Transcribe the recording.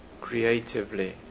creatively